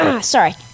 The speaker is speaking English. Sorry